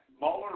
Mueller